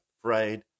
afraid